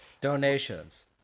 Donations